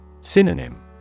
Synonym